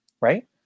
right